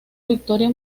victoria